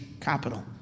capital